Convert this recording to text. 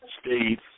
Steve